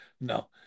no